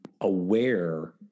aware